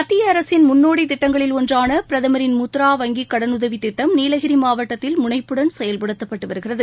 மததிய அரசின் முன்னோடி திட்டங்களில் ஒன்றான பிரதமரின் முத்ரா வங்கி கடனுதவித் திட்டம் நீலகிரி மாவட்டத்தில் முனைப்புடன் செயல்படுத்தப்பட்டு வருகிறது